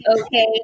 Okay